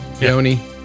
Yoni